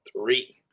three